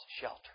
shelter